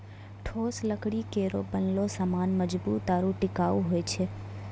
ठोस लकड़ी केरो बनलो सामान मजबूत आरु टिकाऊ होय छै